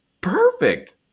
perfect